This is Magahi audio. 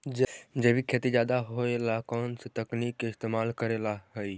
जैविक खेती ज्यादा होये ला कौन से तकनीक के इस्तेमाल करेला हई?